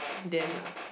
then ah